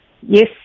Yes